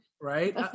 right